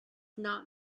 not